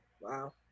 wow